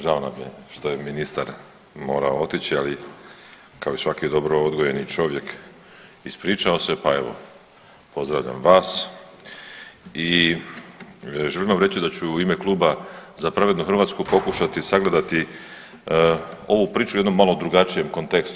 Žao nam je što je ministar morao otići, ali kao i svaki dobro odgojeni čovjek ispričao se, pa evo pozdravljam vas i želim vam reći da ću u ime Kluba Za pravednu Hrvatsku pokušati sagledati ovu priču u jednom malo drugačijem kontekstu.